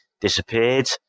disappeared